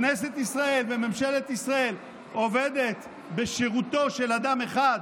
כנסת ישראל וממשלת ישראל עובדים בשירותו של אדם אחד,